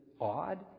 odd